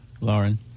Lauren